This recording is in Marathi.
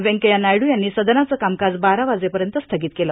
वेंकय्या नायडू यांनी सदनाचं कामकाज बारा वाजेपर्यंत स्थगित केलं